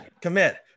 commit